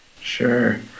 Sure